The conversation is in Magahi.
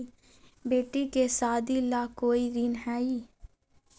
बेटी के सादी ला कोई ऋण हई?